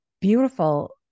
beautiful